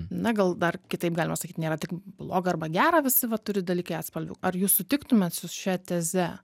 na gal dar kitaip galima sakyt nėra tik bloga arba gera visi va turi dalykai atspalvių ar jūs sutiktumėt su šia teze